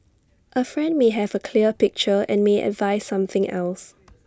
A friend may have A clear picture and may advise something else